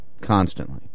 Constantly